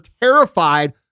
terrified